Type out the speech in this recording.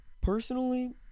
Personally